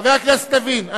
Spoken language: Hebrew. חבר הכנסת לוין,